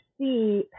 see